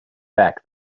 back